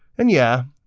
and yeah,